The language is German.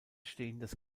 stehendes